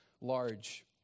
large